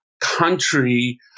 country